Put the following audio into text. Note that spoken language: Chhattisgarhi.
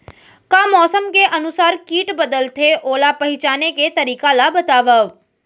का मौसम के अनुसार किट बदलथे, ओला पहिचाने के तरीका ला बतावव?